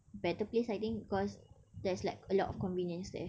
better place I think because there's like a lot of convenience there